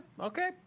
Okay